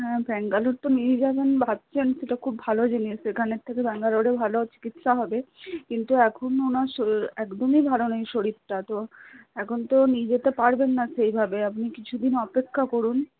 হ্যাঁ ব্যাঙ্গালোর তো নিয়ে যাবেন ভাবছেন সে তো খুব ভালো জিনিস এখানের থেকে ব্যাঙ্গালোরে ভালো চিকিৎসা হবে কিন্তু এখন ওঁর শরীর একদমই ভালো নেই শরীরটা তো এখন তো নিয়ে যেতে পারবেন না সেইভাবে আপনি কিছুদিন অপেক্ষা করুন